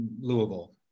Louisville